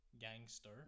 gangster